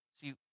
See